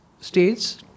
states